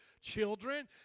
children